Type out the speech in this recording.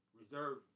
reserve